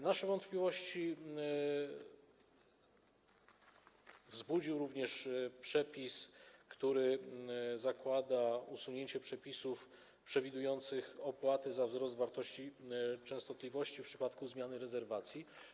Nasze wątpliwości wzbudził również przepis, który zakłada usunięcie regulacji przewidujących opłatę za wzrost wartości częstotliwości w przypadku zmiany rezerwacji.